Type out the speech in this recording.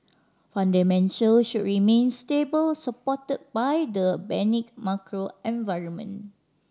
fundamental should remain stable supported by the benign macro environment